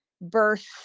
birth